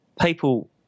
people